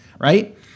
right